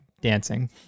dancing